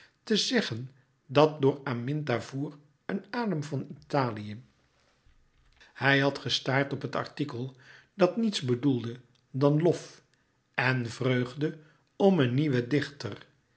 te zeggen dat door aminta voer een adem van italië hij had gestaard op het artikel dat niets bedoelde dan lof en vreugde om een nieuwen dichter